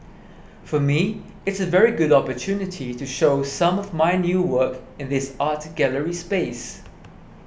for me it's a very good opportunity to show some of my new work in this art gallery space